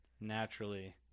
Naturally